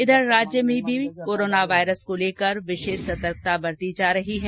इधर राज्य में भी कोरोना वाइरस को लेकर विशेष सतर्कता बरती जा रही है